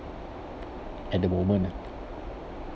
at the moment lah